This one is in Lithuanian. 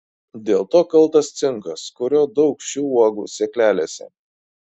dėl to kaltas cinkas kurio daug šių uogų sėklelėse